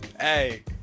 hey